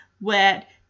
wet